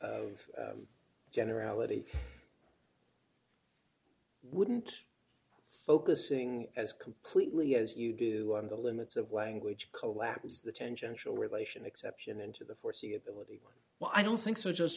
generality wouldn't focusing as completely as you do on the limits of language collapse the tangential relation exception into the foreseeability well i don't think so just